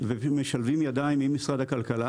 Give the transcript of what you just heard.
ומשלבים ידיים עם משרד הכלכלה.